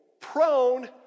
prone